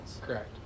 correct